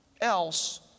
else